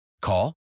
Call